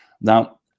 now